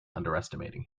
underestimating